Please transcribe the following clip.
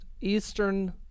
Eastern